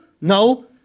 No